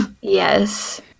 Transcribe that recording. yes